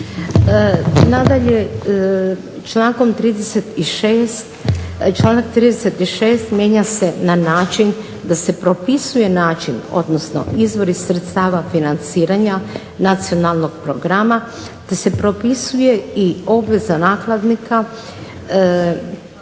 Nadalje članak 36. mijenja se na način da se propisuje način, odnosno izvori sredstava financiranja nacionalnog programa, te se propisuje i obveza nakladnika